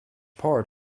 part